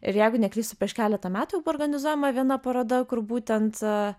ir jeigu neklystu prieš keletą metų jau buvo organizuojama viena paroda kur būtent